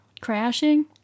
crashing